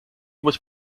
was